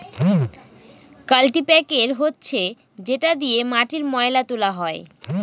কাল্টিপ্যাকের হচ্ছে যেটা দিয়ে মাটির ময়লা তোলা হয়